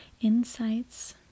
insights